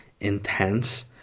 intense